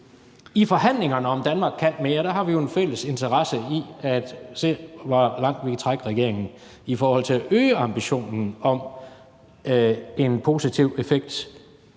I forhandlingerne om »Danmark kan mere I« har vi jo en fælles interesse i at se, hvor langt vi kan trække regeringen i forhold til at øge ambitionen om en positiv effekt